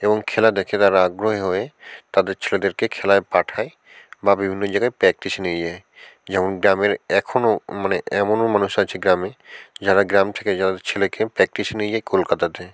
এবং খেলা দেখে তারা আগ্রহী হয়ে তাদের ছেলেদেরকে খেলায় পাঠায় বা বিভিন্ন জাগায় প্র্যাকটিসে নিয়ে যায় যেমন গ্রামের এখনও মানে এমনও মানুষ আছে গ্রামে যারা গ্রাম থেকে যার ছেলেকে প্র্যাকটিসে নিয়ে যায় কলকাতাতে